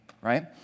right